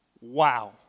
wow